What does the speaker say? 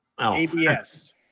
ABS